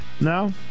No